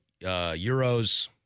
Euros